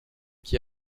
qui